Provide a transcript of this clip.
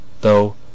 though